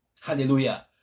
Hallelujah